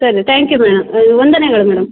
ಸರಿ thank you madam ಇದು ವಂದನೆಗಳು ಮೇಡಮ್